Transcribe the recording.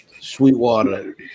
Sweetwater